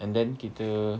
and then kita